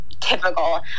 Typical